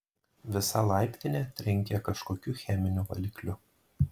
visa laiptinė trenkė kažkokiu cheminiu valikliu